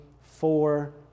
four